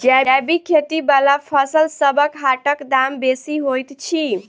जैबिक खेती बला फसलसबक हाटक दाम बेसी होइत छी